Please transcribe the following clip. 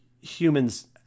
humans